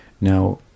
Now